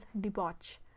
debauch